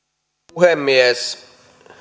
puhemies